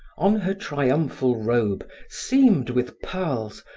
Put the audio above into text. on her triumphal robe, seamed with pearls,